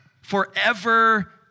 Forever